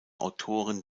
autoren